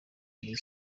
iyi